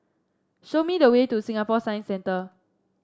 show me the way to Singapore Science Centre